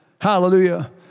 Hallelujah